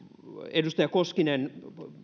edustaja koskinen